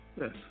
Yes